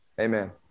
Amen